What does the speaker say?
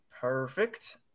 Perfect